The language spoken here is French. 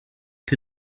que